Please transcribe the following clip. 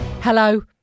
hello